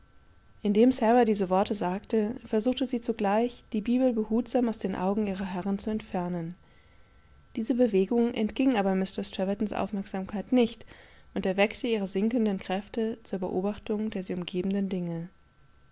indem sara diese worte sagte versuchte sie zugleich die bibel behutsam aus den augen ihrer herrin zu entfernen diese bewegung entging aber mistreß trevertons aufmerksamkeit nicht und erweckte ihre sinkenden kräfte zur beobachtung der sie umgebendendinge